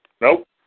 Nope